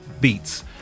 beats